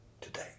today